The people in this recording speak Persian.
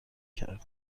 کرد